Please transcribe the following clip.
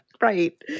Right